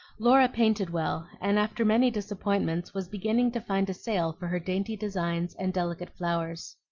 laura painted well, and after many disappointments was beginning to find a sale for her dainty designs and delicate flowers.